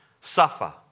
suffer